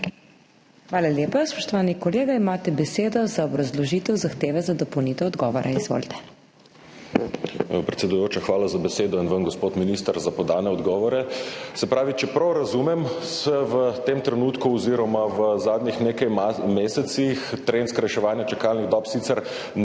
Hvala lepa. Spoštovani kolega, imate besedo za obrazložitev zahteve za dopolnitev odgovora. Izvolite. MIHA KORDIŠ (PS Levica): Predsedujoča, hvala za besedo in vam, gospod minister, za podane odgovore. Se pravi, če prav razumem, se v tem trenutku oziroma v zadnjih nekaj mesecih trend skrajševanja čakalnih dob sicer ne